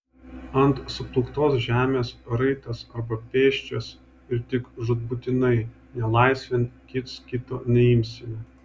ant suplūktos žemės raitas arba pėsčias ir tik žūtbūtinai nelaisvėn kits kito neimsime